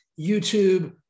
YouTube